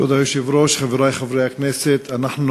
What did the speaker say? כבוד היושב-ראש, חברי חברי הכנסת, אנחנו